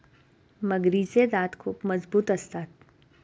मगरीचे दात खूप मजबूत असतात